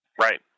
Right